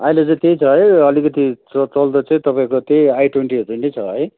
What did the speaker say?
अहिले चाहिँ त्यही छ है अलिकति च चल्दो चाहिँ तपाईँको त्यही आई ट्वेन्टी आई ट्वेन्टी छ है